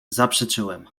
zaprzeczyłem